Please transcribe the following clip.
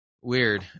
Weird